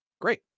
great